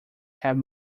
have